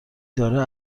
داره